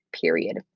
period